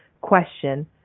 question